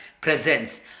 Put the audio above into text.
presence